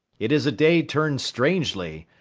it is a day turn'd strangely.